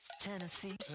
Tennessee